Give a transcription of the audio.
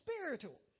spiritual